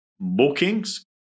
bookings